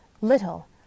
little